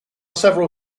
several